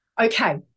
okay